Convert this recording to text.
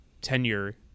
tenure